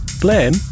Blame